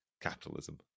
capitalism